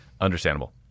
Understandable